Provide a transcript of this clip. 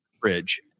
fridge